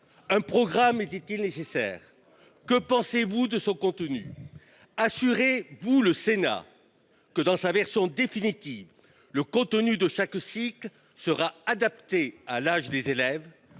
un programme était il nécessaire ? Que pensez vous de son contenu ? Assurez vous le Sénat que, dans sa version définitive, le contenu de chaque cycle sera adapté à l’âge des élèves,